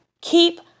keep